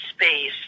space